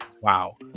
wow